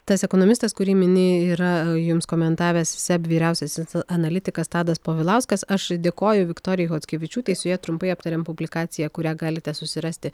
tas ekonomistas kurį mini yra jums komentavęs seb vyriausiasis analitikas tadas povilauskas aš dėkoju viktorijai chockevičiūtei su ja trumpai aptarėm publikaciją kurią galite susirasti